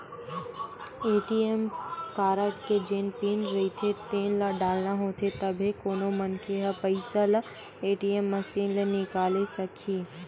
ATM card के जेन pin रहिथे तेन ल डालना होथे तभे कोनो मनखे ह पइसा ल ए.टी.एम मसीन ले निकाले सकही